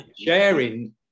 sharing